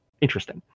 interesting